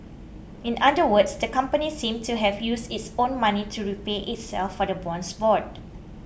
in other words the company seemed to have used its own money to repay itself for the bonds bought